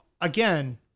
again